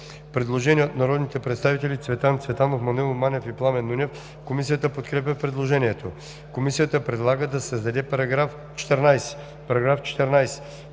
Предложение от народните представители Цветан Цветанов, Маноил Манев и Пламен Нунев. Комисията подкрепя предложението. Комисията предлага да се създаде § 14: „§ 14.